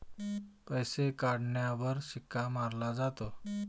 पैसे काढण्यावर शिक्का मारला जातो